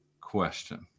question